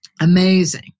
amazing